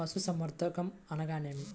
పశుసంవర్ధకం అనగానేమి?